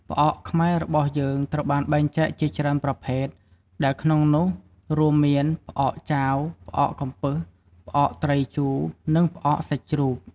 ផ្អកខ្មែររបស់យើងត្រូវបានបែងចែកជាច្រើនប្រភេទ ដែលក្នុងនោះ រួមមាន ផ្អកចាវ ផ្អកកំពឹស ផ្អកត្រីជូរ និង ផ្អកសាច់ជ្រូក។